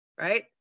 Right